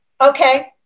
Okay